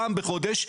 פעם בחודש,